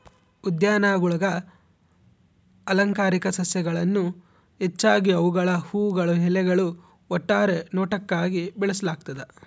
ಉದ್ಯಾನಗುಳಾಗ ಅಲಂಕಾರಿಕ ಸಸ್ಯಗಳನ್ನು ಹೆಚ್ಚಾಗಿ ಅವುಗಳ ಹೂವುಗಳು ಎಲೆಗಳು ಒಟ್ಟಾರೆ ನೋಟಕ್ಕಾಗಿ ಬೆಳೆಸಲಾಗ್ತದ